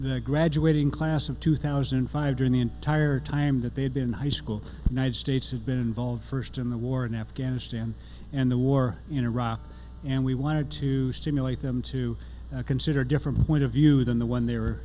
the graduating class of two thousand and five during the entire time that they had been high school night states had been involved first in the war in afghanistan and the war in iraq and we wanted to stimulate them to consider a different point of view than the one they